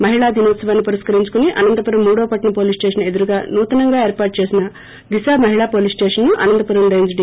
మహిళా దినోత్పవాన్ని పురస్కరించుకుని అనంతపురం మూడవ పట్టణ పోలీసు స్పేషన్ ఎదురుగా నూతనంగా ఏర్పాటు చేసిన దిశ మహిళా పోలీసు స్టేషన్ ను అనంతపురం రేంజ్ డి